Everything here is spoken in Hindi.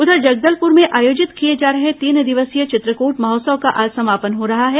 उधर जगदलपुर में आयोजित किए जा रहे तीन दिवसीय चित्रकोट महोत्सव का आज समापन हो रहा है